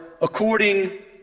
according